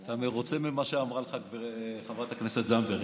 אתה מרוצה ממה שאמרה חברת הכנסת זנדברג.